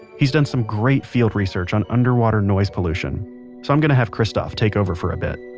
he's done some great field research on underwater noise pollution so i'm going to have christophe take over for a bit.